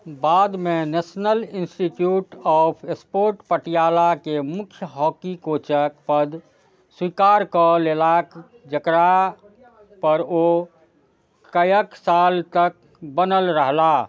बाद मे national institute of sport Patiala के मुख्य हॉकी कोचक पद स्वीकार कऽ लेलाक जेकरा पर ओ कयक साल तक बनल रहलाह